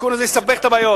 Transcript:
התיקון הזה יסבך את הבעיות,